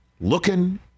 looking